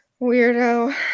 Weirdo